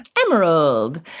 Emerald